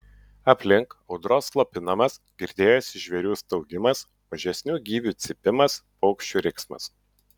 aplink audros slopinamas girdėjosi žvėrių staugimas mažesnių gyvių cypimas paukščių riksmas